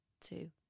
two